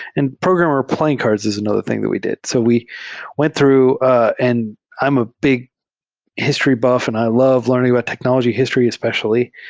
and programmer playing cards is another thing that we did. so we went through ah and i'm a big history buff, and i love learn ing the but technology history especially.